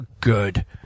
good